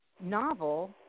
novel